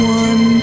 one